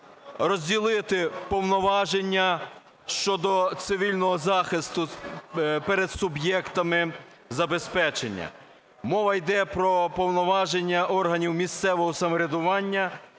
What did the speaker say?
розділити повноваження щодо цивільного захисту перед суб'єктами забезпечення. Мова йде про повноваження органів місцевого самоврядування.